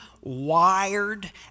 wired